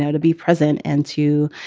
yeah to be present and to,